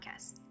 podcast